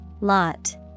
Lot